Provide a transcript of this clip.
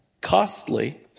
costly